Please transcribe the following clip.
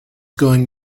going